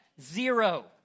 Zero